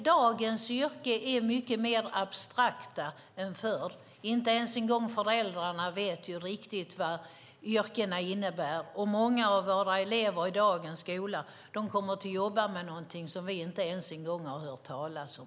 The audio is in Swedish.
Dagens yrken är mycket mer abstrakta än förr. Inte heller föräldrarna vet riktigt vad yrkena innebär. Många av våra elever i dagens skola kommer att jobba med någonting som vi inte ens hört talas om.